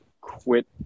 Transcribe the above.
quit